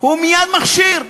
הוא מייד מכשיר.